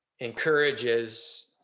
Encourages